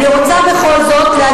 אני רוצה לסכם,